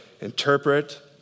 interpret